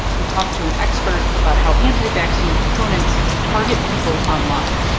we talk to an expert about how anti-vaccine proponents target people online.